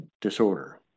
Disorder